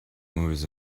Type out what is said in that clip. movies